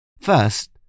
First